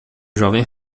jovem